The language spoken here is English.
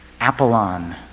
Apollon